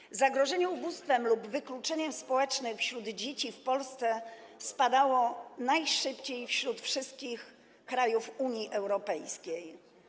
Stopień zagrożenia ubóstwem lub wykluczeniem społecznym wśród dzieci w Polsce spadał najszybciej wśród wszystkich krajów Unii Europejskiej.